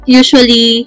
usually